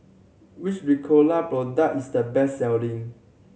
which Ricola product is the best selling